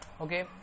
okay